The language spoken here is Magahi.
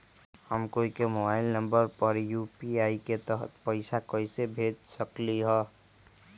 हम कोई के मोबाइल नंबर पर यू.पी.आई के तहत पईसा कईसे भेज सकली ह?